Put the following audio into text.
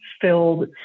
filled